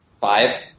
five